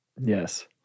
Yes